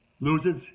loses